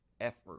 effort